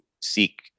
seek